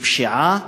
בפשיעה,